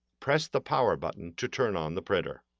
press the power button to turn on the printer.